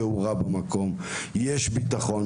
יש תאורה ויש ביטחון.